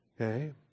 Okay